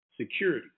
security